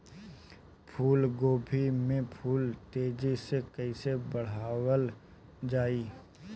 फूल गोभी के फूल तेजी से कइसे बढ़ावल जाई?